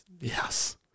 Yes